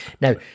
Now